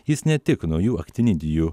jis ne tik naujų aktinidijų